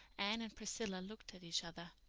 anne and priscilla looked at each other.